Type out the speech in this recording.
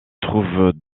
trouvent